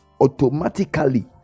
automatically